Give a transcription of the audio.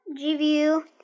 GVU